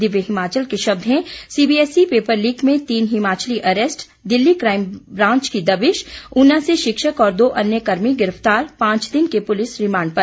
दिव्य हिमाचल के शब्द है सीबीएसई पेपर लीक में तीन Himachali arrest Delhi crime branch की दबिश उना से शिक्षक और दो अन्य कर्मी गिरफ्तार पांच दिन के रिमांड पर